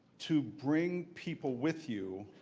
to bring people with you,